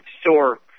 Store